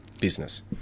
business